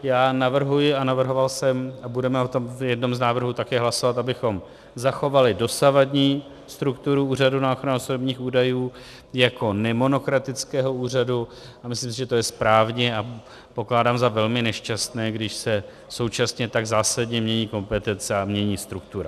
Já navrhuji a navrhoval jsem, a budeme o tom v jednom z návrhů také hlasovat, abychom zachovali dosavadní strukturu Úřadu na ochranu osobních údajů jako nemonokratického úřadu, a myslím si, že je to správně, a pokládám za velmi nešťastné, když se současně tak zásadně mění kompetence a mění struktura.